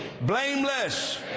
blameless